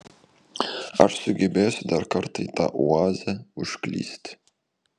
ar sugebėsiu dar kartą į tą oazę užklysti